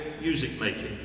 music-making